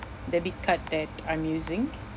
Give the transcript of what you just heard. debit card that I'm using